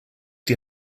die